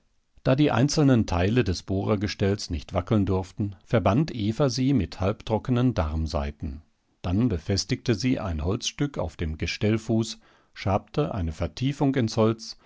da die einzelnen teile des bohrergestells nicht wackeln durften verband eva sie mit halbtrockenen darmsaiten dann befestigte sie ein holzstück auf dem gestellfuß schabte eine vertiefung ins holz